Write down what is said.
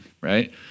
right